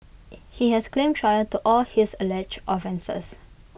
he has claimed trial to all his alleged offences